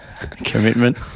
Commitment